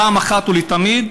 פעם אחת ולתמיד.